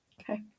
okay